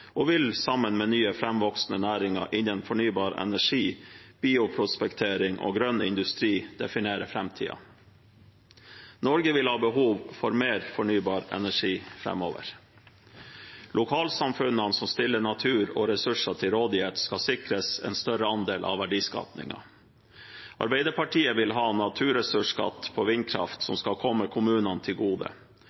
og vil, sammen med nye, framvoksende næringer innen fornybar energi, bioprospektering og grønn industri, definere framtiden. Norge vil ha behov for mer fornybar energi framover. Lokalsamfunnene som stiller natur og ressurser til rådighet, skal sikres en større andel av verdiskapingen. Arbeiderpartiet vil ha naturressursskatt på vindkraft, som skal komme kommunene til gode.